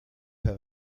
have